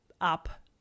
up